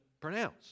pronounce